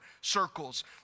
circles